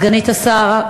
סגנית השר,